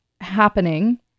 happening